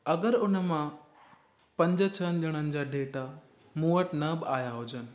अगरि उन मां पंज छहनि ॼणनि जा डेटा मूं वटि न बि आहियां हुजनि